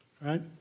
right